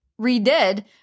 redid